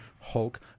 Hulk